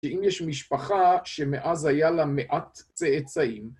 שאם יש משפחה שמאז היה לה מעט צאצאים